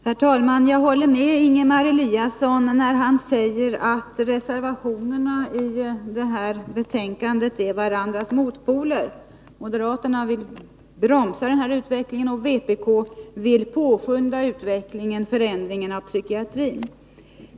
Herr talman! Jag håller med Ingemar Eliasson när han säger att reservationerna i det här betänkandet är varandras motpoler. Moderaterna vill bromsa utvecklingen, medan vpk vill påskynda utvecklingen, förändringen av psykiatrin.